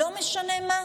לא משנה מה?